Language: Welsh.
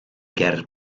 ger